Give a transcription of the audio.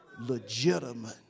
legitimate